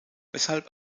weshalb